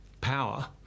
power